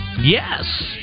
Yes